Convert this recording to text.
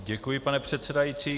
Děkuji, pane předsedající.